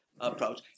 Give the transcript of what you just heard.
approach